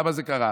למה זה קרה?